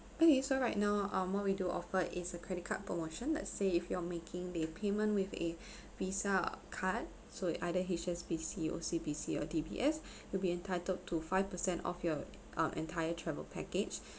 okay so right now um what we do offer is a credit card promotion lets say if you are making the payment with a visa card so you either H_S_B_C O_C_B_C or D_B_S you'll be entitled to five percent off your uh entire travel package